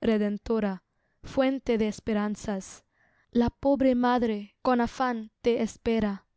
redentora fuente de esperanzas la pobre madre con afán te espera